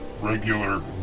regular